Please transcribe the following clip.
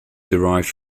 derived